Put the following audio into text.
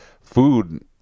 food